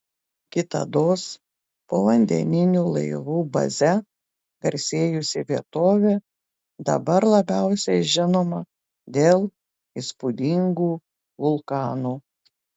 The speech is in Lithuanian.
kitados povandeninių laivų baze garsėjusi vietovė dabar labiausiai žinoma dėl įspūdingų vulkanų